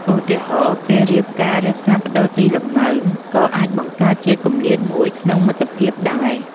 ឧទាហរណ៍៍ គេរៀបការ ឬផ្លាស់ប្តូរទីលំនៅក៏អាចបង្កើតជាគម្លាតមួយក្នុងមិត្តភាពដែរ។